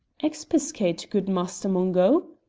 expiscate, good master mungo,